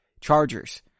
Chargers